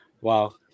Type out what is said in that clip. wow